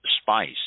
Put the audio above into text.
spice